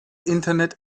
internet